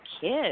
kids